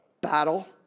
battle